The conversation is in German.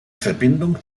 verbindung